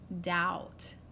doubt